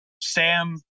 Sam